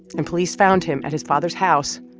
and police found him at his father's house,